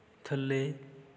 ਥੱਲੇ